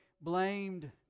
blamed